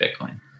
Bitcoin